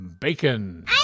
bacon